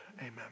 Amen